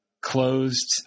closed